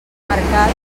mercat